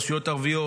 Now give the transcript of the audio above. רשויות ערביות.